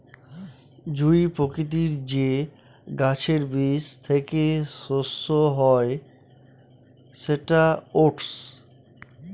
জুঁই প্রকৃতির যে গাছের বীজ থেকে শস্য হয় সেটা ওটস